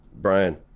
brian